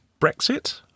Brexit